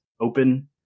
open